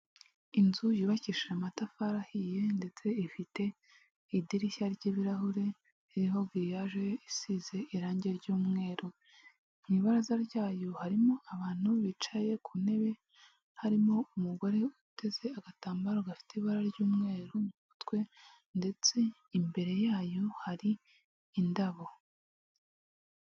Inzu yubakishije amatafari ahiye ndetse ifite idirishya ry'ibirahure iriho giriyaje isize irangi ry'umweru, mu ibaraza ryayo harimo abantu bicaye ku ntebe harimo umugore uteze agatambaro gafite ibara ry'umweru mu mutwe ndetse imbere yayo hari indabo.